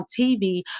tv